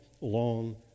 long